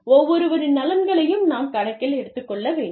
ஒவ்வொருவரின் நலன்களையும் நாம் கணக்கில் எடுத்துக்கொள்ள வேண்டும்